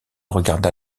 regarda